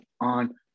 on